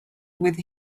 with